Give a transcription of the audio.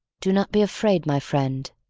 do not be afraid, my friend.